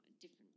different